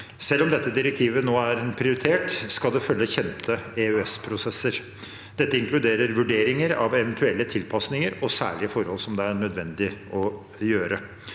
Selv om dette direktivet nå er en prioritet, skal det følge kjente EØS-prosesser. Dette inkluderer nødvendige vurderinger av eventuelle tilpasninger og særlige forhold. Som jeg orienterte